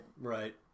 Right